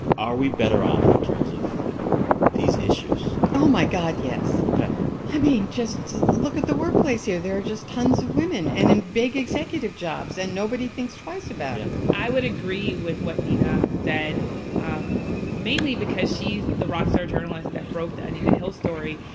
are we better off in terms of these issues? oh, my god. yes ok i mean, just look at the workplace here. there are just tons of women, and in big executive jobs and nobody thinks twice about it i would agree with what nina said um mainly because she's the rock star journalist that broke the anita hill story,